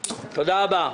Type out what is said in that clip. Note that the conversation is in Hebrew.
תודה רבה.